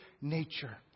nature